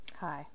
hi